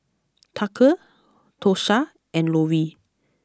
Tucker Tosha and Lovie